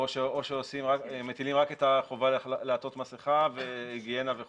או שמטילים רק את החובה לעטות מסיכה והיגיינה וכולי.